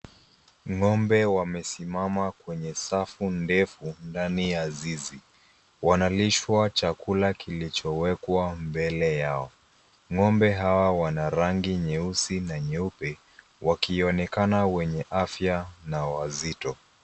Ng'ombe wamesimama kwenye safu ndefu ndani ya zizi wanalishwa chakula kilichowekwa mbele yao, ng'ombe hawa wana rangi nyeusi na nyeupe wakionekana wenye afya na wazito.